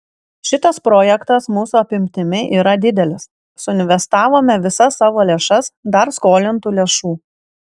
šitas projektas mūsų apimtimi yra didelis suinvestavome visas savo lėšas dar skolintų lėšų